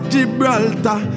Gibraltar